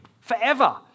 forever